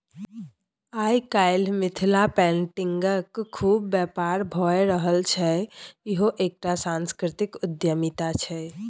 आय काल्हि मिथिला पेटिंगक खुब बेपार भए रहल छै इहो एकटा सांस्कृतिक उद्यमिता छै